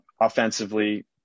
offensively